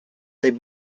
they